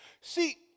See